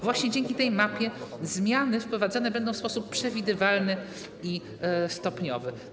Właśnie dzięki tej mapie zmiany wprowadzane będą w sposób przewidywalny i stopniowy.